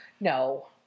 No